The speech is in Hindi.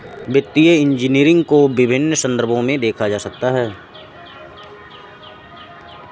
वित्तीय इंजीनियरिंग को विभिन्न संदर्भों में देखा जा सकता है